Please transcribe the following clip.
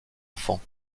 enfant